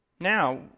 Now